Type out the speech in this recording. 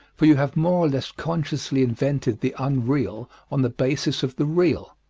for you have more or less consciously invented the unreal on the basis of the real.